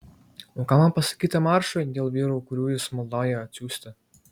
o ką man pasakyti maršui dėl vyrų kurių jis maldauja atsiųsti